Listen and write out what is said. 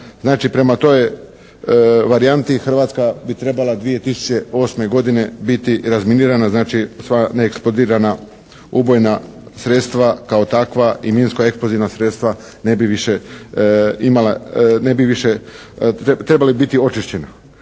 prema toj varijanti Hrvatska bi trebala 2008. godine biti razminirana znači sva neeksplodirana ubojna sredstva kao takva i minsko eksplozivna sredstva ne bi više